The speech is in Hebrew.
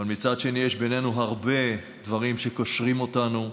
אבל מצד שני יש בינינו הרבה דברים שקושרים אותנו.